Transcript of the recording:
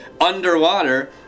underwater